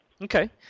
Okay